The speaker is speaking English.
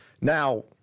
now